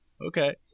okay